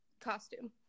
costume